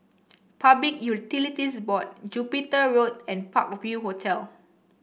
Public Utilities Board Jupiter Road and Park View Hotel